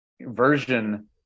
version